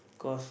cause